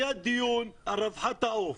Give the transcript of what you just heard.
היה דיון על רווחת העוף,